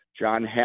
John